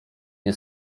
nie